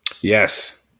Yes